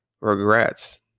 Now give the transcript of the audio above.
regrets